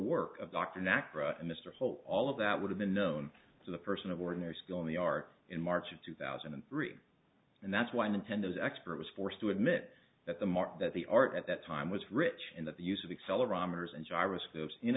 work of dr naqvi mr hope all of that would have been known to the person of ordinary skill in the art in march of two thousand and three and that's why intend those expert was forced to admit that the mark that the art at that time was rich and that the use of